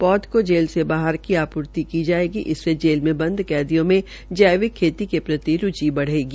पौध की जेल से बाहर भी आपूर्ति की जायेगी इससे जेल में बद कैदियों में जैविक खेती के प्रति रूचि बढ़ेगी